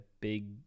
big